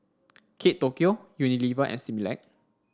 Kate Tokyo Unilever and Similac